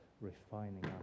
refining